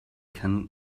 can